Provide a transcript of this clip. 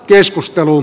keskustelu